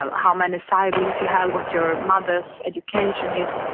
ah how many siblings you have, what your mother's education is,